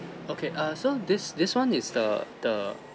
okay err so this this one is the the